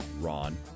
Ron